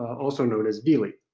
also known as v-leep.